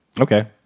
Okay